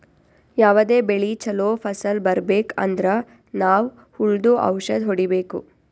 ಯಾವದೇ ಬೆಳಿ ಚೊಲೋ ಫಸಲ್ ಬರ್ಬೆಕ್ ಅಂದ್ರ ನಾವ್ ಹುಳ್ದು ಔಷಧ್ ಹೊಡಿಬೇಕು